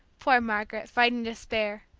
poor margaret, fighting despair,